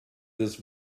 this